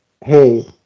Hey